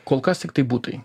kol kas tiktai butai